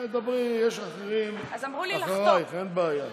יש אחרים אחרייך, אין בעיה.